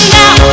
now